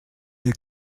der